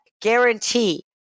guarantee